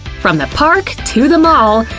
from the park to the mall,